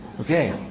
Okay